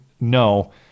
no